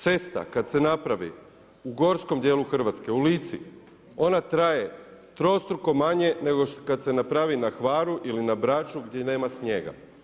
Cesta kad se napravi u gorskom dijelu Hrvatske u Lici ona traje trostruko manje nego kad se napravi na Hvaru ili na Braču gdje nema snijega.